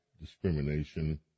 discrimination